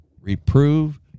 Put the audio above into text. Reprove